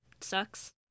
sucks